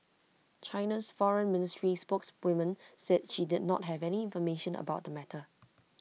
China's Foreign Ministry spokeswoman said she did not have any information about the matter